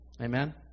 Amen